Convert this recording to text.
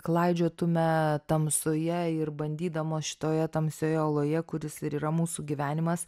klaidžiotume tamsoje ir bandydamos šitoje tamsioje oloje kuris ir yra mūsų gyvenimas